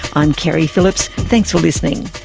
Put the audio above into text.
i'm keri phillips. thanks for listening